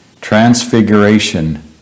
transfiguration